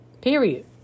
Period